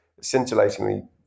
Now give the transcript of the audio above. scintillatingly